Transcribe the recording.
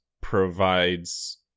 provides